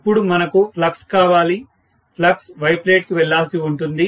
ఇపుడు మనకు ఫ్లక్స్ కావాలి ఫ్లక్స్ Y ప్లేట్ కి వెళ్లాల్సి ఉంటుంది